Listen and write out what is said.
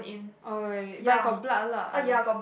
orh really but it got blood lah